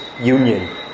union